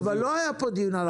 אבל לא היה כאן דיון על הרחבה.